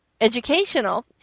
educational